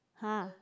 !huh!